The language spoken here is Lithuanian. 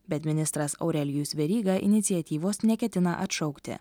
bet ministras aurelijus veryga iniciatyvos neketina atšaukti